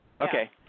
Okay